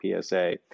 PSA